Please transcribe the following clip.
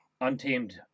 Untamed